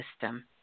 system